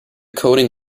coating